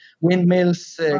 windmills